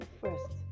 first